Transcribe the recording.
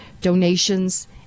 donations